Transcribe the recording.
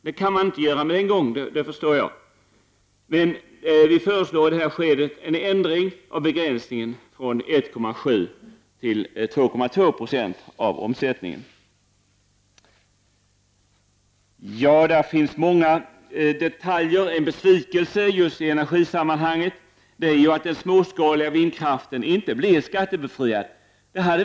Det kan man inte göra på en gång, det förstår jag, men vi föreslår i det skedet en ändring av begränsningen från 1,7-2,2 Zo av omsättningen, Det finns många detaljer att diskutera. En besvikelse i energisammanhanget är ju att den småskaliga vindkraften inte blir befriad från skatt.